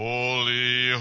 Holy